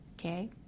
okay